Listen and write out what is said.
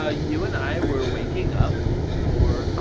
ah you and i were waking up for